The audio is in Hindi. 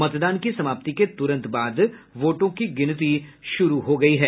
मतदान की समाप्ति के तुरंत बाद वोटों की गिनती शुरू हो गयी है